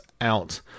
out